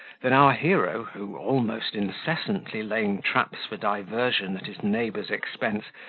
than our hero, who almost incessantly laying traps for diversion at his neighbour's expense,